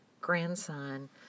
grandson